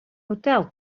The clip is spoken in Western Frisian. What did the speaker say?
hotel